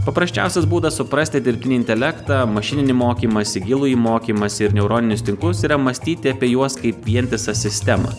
paprasčiausias būdas suprasti dirbtinį intelektą mašininį mokymąsi gilųjį mokymąsi ir neuroninius tinklus yra mąstyti apie juos kaip vientisą sistemą